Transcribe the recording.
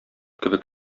кебек